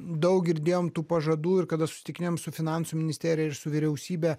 daug girdėjom tų pažadų ir kada susitikinėjom su finansų ministerija ir su vyriausybe